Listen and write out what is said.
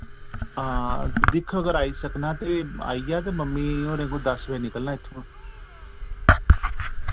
हां ते दिक्ख अगर आई सकना ते आइया ते मम्मी होरें कोई दस बजे निकलना इत्थोआं